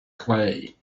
clay